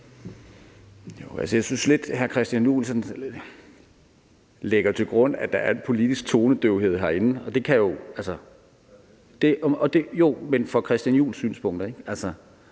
grund, at der er en politisk tonedøvhed herinde – altså for hr. Christian Juhls synspunkter.